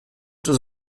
does